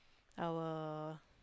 our